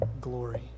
glory